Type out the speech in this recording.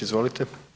Izvolite.